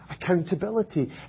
Accountability